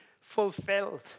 fulfilled